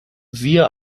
siehe